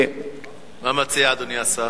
מה מציע אדוני השר?